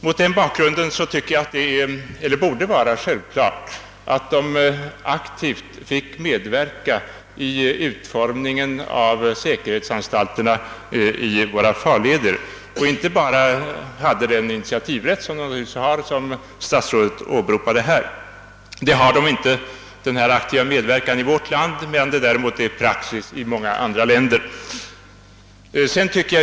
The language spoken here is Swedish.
Mot den bakgrunden tycker jag att det vore självklart att lotsarna aktivt fick medverka vid utformningen av säkerhetsanstalterna i våra farleder och inte bara ha den initiativrätt som statsrådet åberopade. Några möjligheter till sådan aktiv medverkan har inte lotsarna i vårt land, medan detta däremot är praxis i många andra länder.